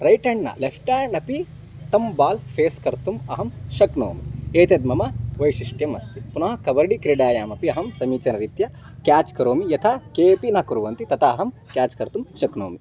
right hand न left hand अपि तं बाल् फेस् कर्तुं अहं शक्नोमि एतद् मम वैशिष्ट्यम् अस्ति पुनः कबड्डि क्रीडायामपि अहं समीचीनरीत्या क्याच् करोमि यथा केऽपि न कुर्वन्ति तथा अहं क्याच् कर्तुं शक्नोमि